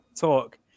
Talk